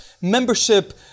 membership